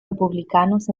republicanos